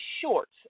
shorts